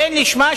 תן לי שם,